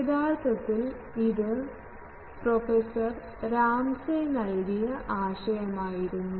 യഥാർത്ഥത്തിൽ ഇത് professor Ramsey നൽകിയ ആശയം ആയിരുന്നു